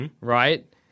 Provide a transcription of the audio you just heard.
right